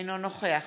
אינו נוכח